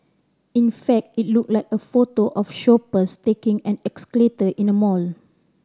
in fact it looked like a photo of shoppers taking an in a mall